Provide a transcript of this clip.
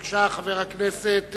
בבקשה, חבר הכנסת